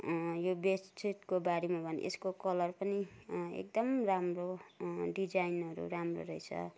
यो बेडसिटको बारेमा भने यसको कलर पनि एकदम राम्रो डिजाइनहरू राम्रो रहेछ